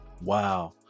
Wow